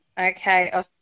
Okay